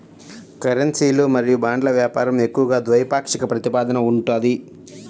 కరెన్సీలు మరియు బాండ్ల వ్యాపారం ఎక్కువగా ద్వైపాక్షిక ప్రాతిపదికన ఉంటది